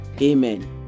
amen